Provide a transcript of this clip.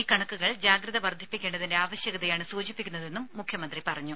ഈ കണക്കുകൾ ജാഗ്രത വർധിപ്പിക്കേണ്ടതിന്റെ ആവശ്യകതയാണ് സൂചിപ്പിക്കുന്നതെന്നും മുഖ്യമന്ത്രി പറഞ്ഞു